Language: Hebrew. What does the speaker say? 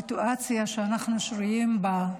לרשותך שלוש דקות.